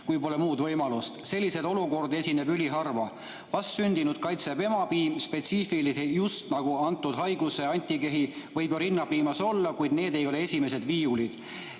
kui pole muud võimalust. Selliseid olukordi esineb üliharva. Vastsündinut kaitseb emapiim. Spetsiifilisi, just nagu antud haiguse antikehi võib ju rinnapiimas olla, kuid need ei ole esimesed viiulid.